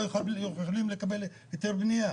לא יכולים לקבל היתר בניה.